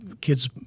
kids